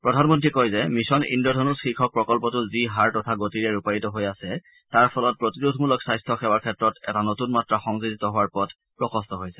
প্ৰধানমন্ত্ৰীয়ে কয় যে মিছন ইন্দ্ৰধনুষ শীৰ্ষক প্ৰকল্পটো যি হাৰ তথা গতিৰে ৰূপায়িত হৈ আছে তাৰ ফলত প্ৰতিৰোধমূলক স্বাস্থ্য সেৱাৰ ক্ষেত্ৰত এটা নতুন মাত্ৰা সংযোজিত হোৱাৰ পথ প্ৰশস্ত হৈছে